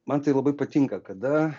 man tai labai patinka kada